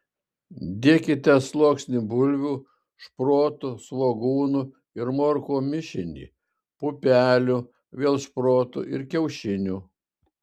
dėkite sluoksnį bulvių šprotų svogūnų ir morkų mišinį pupelių vėl šprotų ir kiaušinių